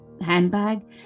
handbag